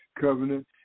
covenant